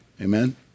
Amen